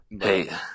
Hey